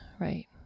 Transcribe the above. right